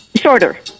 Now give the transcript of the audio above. Shorter